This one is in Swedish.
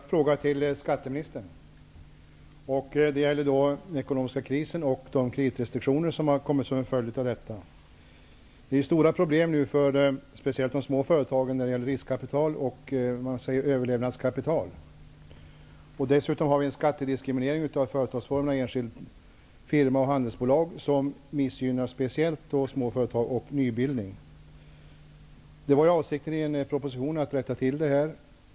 Herr talman! Jag har en fråga till skatteministern. Den gäller den ekonomiska krisen och de kreditrestriktioner som en följd av denna. Det är stora problem, speciellt för de små företagen, med riskkapital och överlevnadskapital. Dessutom har vi en skattediskriminering av företagsformerna enskild firma och handelsbolag som missgynnar speciellt småföretag och nybildning. Avsikten var att i en proposition rätta till detta.